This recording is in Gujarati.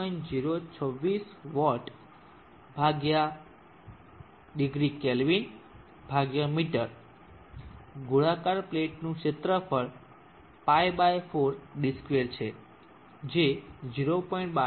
026 W °K m ગોળાકાર પ્લેટનું ક્ષેત્રફળ π 4d2 છે જે 0